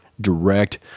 direct